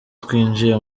twinjiye